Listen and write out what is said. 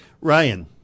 Ryan